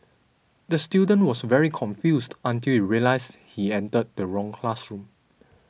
the student was very confused until he realised he entered the wrong classroom